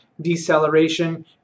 deceleration